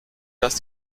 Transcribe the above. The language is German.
dass